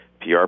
PR